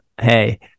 Hey